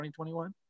2021